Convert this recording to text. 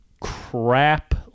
crap